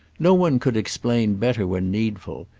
no one could explain better when needful,